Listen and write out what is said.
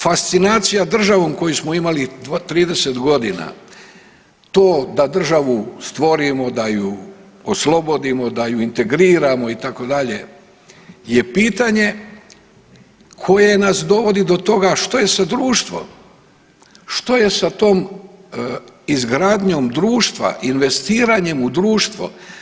Fascinacija državom koju smo imali 30 godina to da državu stvorimo, da ju oslobodimo, da ju integriramo itd. je pitanje koje nas dovodi do toga što je sa društvom, što je sa tom izgradnjom društva, investiranjem u društvo.